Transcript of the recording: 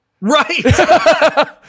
Right